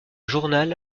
journal